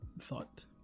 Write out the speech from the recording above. thought